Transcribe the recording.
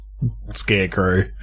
scarecrow